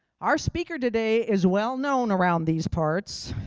our speaker today is well known around these parts.